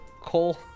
Cole